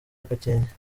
gakenke